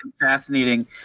fascinating